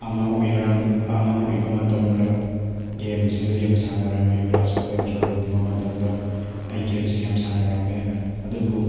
ꯑꯉꯥꯡ ꯑꯉꯥꯡ ꯑꯣꯏꯕ ꯃꯇꯝꯗ ꯒꯦꯝꯁꯦ ꯌꯥꯝ ꯁꯥꯟꯅꯔꯝꯃꯦ ꯀ꯭ꯂꯥꯁ ꯑꯦꯂꯕꯦꯟ ꯇꯨꯌꯦꯞꯀꯨꯝꯕ ꯃꯇꯝꯗ ꯑꯩ ꯒꯦꯝꯁꯤ ꯌꯥꯝ ꯁꯥꯟꯅꯔꯝꯃꯦ ꯑꯗꯨꯕꯨ